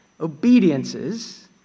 obediences